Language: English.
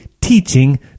teaching